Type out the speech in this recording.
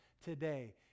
today